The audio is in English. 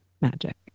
magic